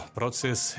proces